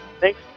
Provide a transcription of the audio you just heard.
Thanks